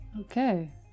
okay